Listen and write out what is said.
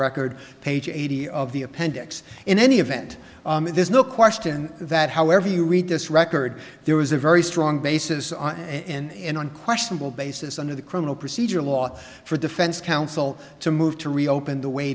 record page eighty of the appendix in any event there's no question that however you read this record there was a very strong basis on and unquestionable basis under the criminal procedure law for defense counsel to move to reopen the wa